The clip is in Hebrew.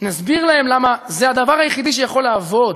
נסביר להם למה זה הדבר היחיד שיכול לעבוד,